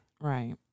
Right